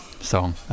song